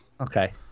Okay